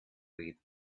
read